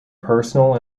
personal